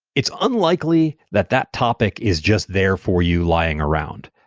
it's unlikely that that topic is just there for you lying around.